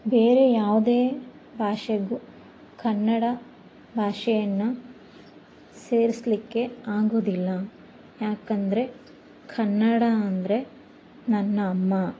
ಬೇರೆ ಯಾವುದೇ ಭಾಷೆಗೂ ಕನ್ನಡ ಭಾಷೆಯನ್ನ ಸೇರಿಸ್ಲಿಕ್ಕೆ ಆಗೋದಿಲ್ಲ ಯಾಕಂದರೆ ಕನ್ನಡ ಅಂದರೆ ನನ್ನ ಅಮ್ಮ